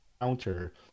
counter